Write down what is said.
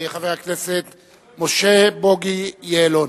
חבר הכנסת משה בוגי יעלון.